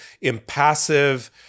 impassive